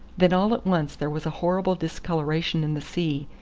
then all at once there was a horrible discoloration in the sea,